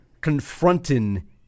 confronting